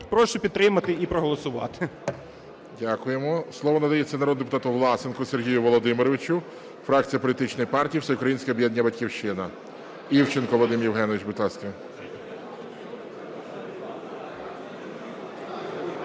Прошу підтримати і проголосувати. ГОЛОВУЮЧИЙ. Дякуємо. Слово надається народному депутату Власенку Сергію Володимировичу, фракція Політичної партії Всеукраїнське об'єднання "Батьківщина". Івченко Вадим Євгенович, будь ласка.